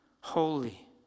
holy